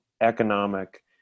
economic